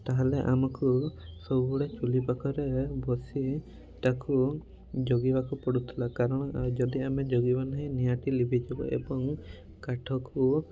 ତାହେଲେ ଆମକୁ ସବୁବେଳେ ଚୁଲି ପାଖରେ ବସି ତାକୁ ଜଗିବାକୁ ପଡ଼ୁଥିଲା କାରଣ ଯଦି ଆମେ ଜଗିବା ନାହିଁ ନିଆଁଟି ଲିଭିଯିବ ଏବଂ କାଠକୁ